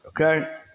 okay